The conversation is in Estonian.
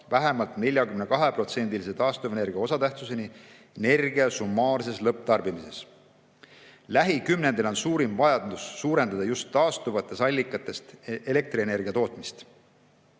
vähemalt 42%‑lise taastuvenergia osatähtsuseni energia summaarses lõpptarbimises. Lähikümnendil on suurim vajadus suurendada just taastuvatest allikatest elektrienergia tootmist.